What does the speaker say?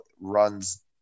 runs